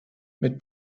mit